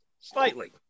slightly